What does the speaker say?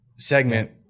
segment